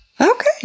Okay